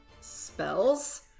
spells